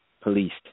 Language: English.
policed